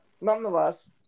nonetheless